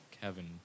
kevin